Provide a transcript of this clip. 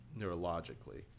neurologically